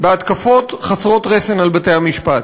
בהתקפות חסרות רסן על בתי-המשפט.